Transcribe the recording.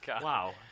Wow